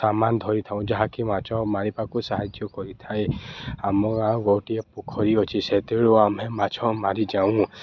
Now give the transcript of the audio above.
ସାମାନ ଧରିଥାଉ ଯାହାକି ମାଛ ମାରିବାକୁ ସାହାଯ୍ୟ କରିଥାଏ ଆମ ଗାଁ ଗୋଟିଏ ପୋଖରୀ ଅଛି ସେତେରୁ ଆମେ ମାଛ ମାରିଯାଉ